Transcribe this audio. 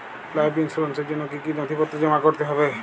Life ইন্সুরেন্সর জন্য জন্য কি কি নথিপত্র জমা করতে হবে?